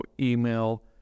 email